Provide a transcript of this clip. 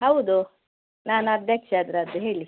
ಹೌದು ನಾನು ಅಧ್ಯಕ್ಷೆ ಅದರದ್ದು ಹೇಳಿ